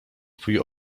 twój